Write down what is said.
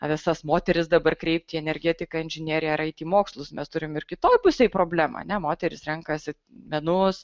visas moteris dabar kreipti į energetiką inžineriją ar eit į mokslus mes turim ir kitoj pusėj problemą ne moterys renkasi menus